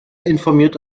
informiert